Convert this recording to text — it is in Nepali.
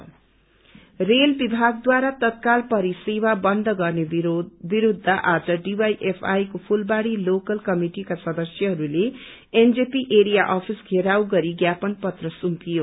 तत्काल काउन्टर रेल विभागद्वारा तत्काल परिसेवा बन्द गर्ने विरूद्ध आज डीवाईएफआई को फूलवाडी लोकल कमिटिका सदस्यहरूले एनजेपी एरिया अफिसको धेराव गरी ज्ञापन पत्र सुम्पियो